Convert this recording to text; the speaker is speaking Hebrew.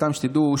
סתם שתדעו,